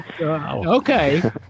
Okay